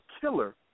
killer